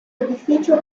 edificio